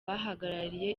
bahagarariye